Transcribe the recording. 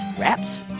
wraps